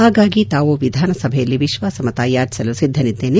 ಹಾಗಾಗಿ ತಾವು ವಿಧಾನಸಭೆಯಲ್ಲಿ ವಿಶ್ವಾಸಮತ ಯಾಚಿಸಲು ಸಿದ್ಧನಿದ್ದೇನೆ